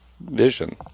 vision